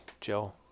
Joe